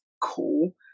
cool